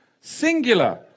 singular